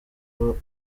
abo